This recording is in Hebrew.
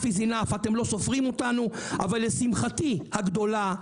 לשמחתי הגדולה,